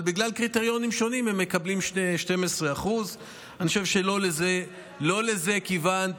אבל בגלל קריטריונים שונים הם מקבלים 12%. אני חושב שלא לזה כיוונת.